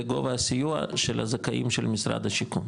לגובה הסיוע של הזכאים של משרד השיכון,